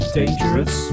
dangerous